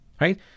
right